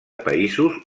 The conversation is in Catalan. països